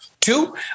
Two